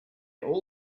all